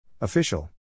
Official